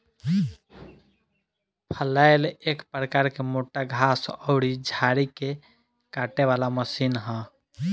फलैल एक प्रकार के मोटा घास अउरी झाड़ी के काटे वाला मशीन ह